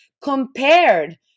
compared